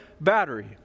battery